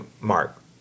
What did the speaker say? Mark